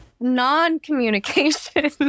Non-communication